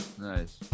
nice